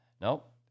Nope